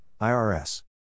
IRS